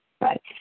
right